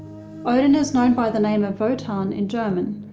odin is known by the name of wotan in german.